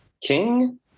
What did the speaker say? king